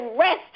rest